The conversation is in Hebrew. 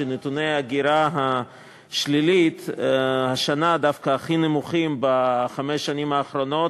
שנתוני ההגירה השלילית השנה דווקא הכי נמוכים בחמש השנים האחרונות,